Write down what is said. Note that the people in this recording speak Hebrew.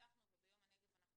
הצלחנו וביום הנגב אנחנו